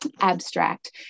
abstract